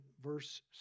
verse